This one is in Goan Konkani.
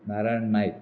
नारायण नायक